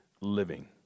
living